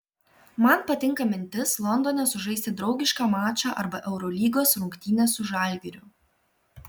man patinka mintis londone sužaisti draugišką mačą arba eurolygos rungtynes su žalgiriu